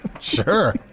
Sure